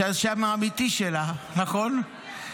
זה השם האמיתי שלה, נכון?